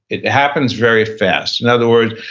it happens very fast. in other words,